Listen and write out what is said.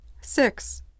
Six